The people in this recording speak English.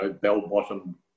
bell-bottom